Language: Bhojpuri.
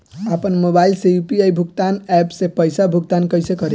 आपन मोबाइल से यू.पी.आई भुगतान ऐपसे पईसा भुगतान कइसे करि?